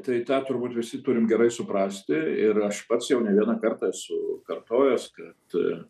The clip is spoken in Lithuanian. tai tą turbūt visi turim gerai suprasti ir aš pats jau ne vieną kartą esu kartojęs kad